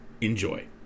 Enjoy